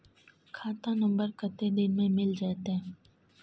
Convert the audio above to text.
खाता नंबर कत्ते दिन मे मिल जेतै?